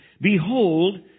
behold